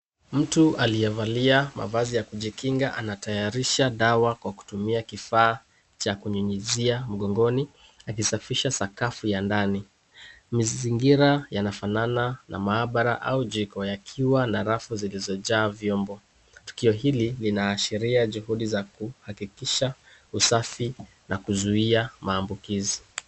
Mtu aliyevalia mavazi ya kujikinga anatayarisha dawa kwa kutumia kifaa cha kunyunyizia mgongoni akisafisha sakafu ya ndani. Mizingira yanafanana na mahabara au jaaikiwa na rafu zilizojaa vyombo. Tukio hili linaashiria juhudi za kuhakikisha usafi na kuzuia maambukizi.